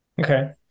Okay